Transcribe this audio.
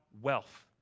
wealth